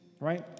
right